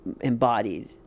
embodied